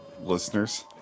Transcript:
listeners